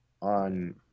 on